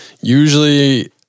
Usually